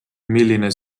milline